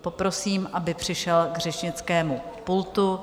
Poprosím, aby přišel k řečnickému pultu.